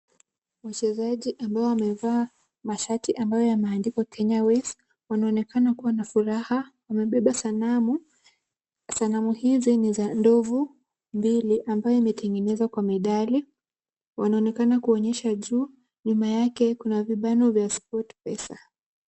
Wachezaji ambao wamevaa mashati ambayo yameandikwa Kenya Airways wanaonekana kuwa na furaha. Wamebeba sanamu. Sanamu hizi ni za ndovu mbili ambazo zimetengenezwa kwa midali. Wanaonekana kuonyesha juu. Nyuma yake kuna vibano vya SportPesa.